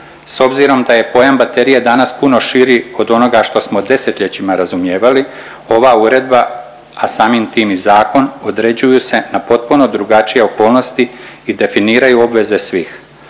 S obzirom da je pojam baterije danas puno širi od onoga što smo 10-ljećima razumijevali, ova uredba, a samim tim i zakon, određuju se na potpuno drugačije okolnosti i definiraju obveze svih,